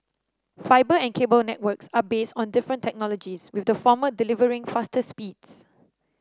fibre and cable networks are based on different technologies with the former delivering faster speeds